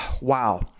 Wow